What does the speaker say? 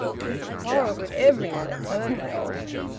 he's quarrelled with everybody at turnhill.